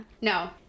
no